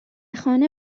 خانه